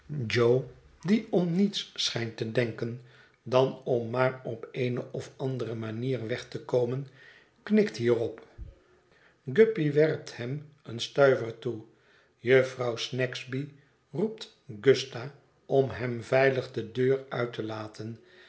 die om niets schijnt te denken dan om maar op eene of andere manier weg te komen knikt hierop guppy werpt hem een stuiver toe jufvrouw snagsby roept gusta om hem veilig de deur uit te laten